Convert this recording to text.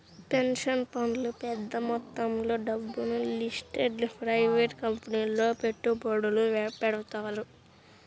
pension ఫండ్లు పెద్ద మొత్తంలో డబ్బును లిస్టెడ్ ప్రైవేట్ కంపెనీలలో పెట్టుబడులు పెడతారు